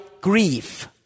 grief